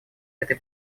этой